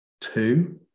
two